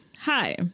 Hi